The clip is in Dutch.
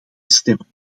stemmen